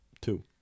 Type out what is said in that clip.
Two